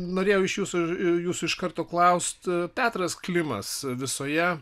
norėjau iš jūsų jūs iš karto klaust petras klimas visoje